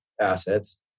assets